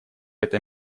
эта